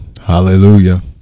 Hallelujah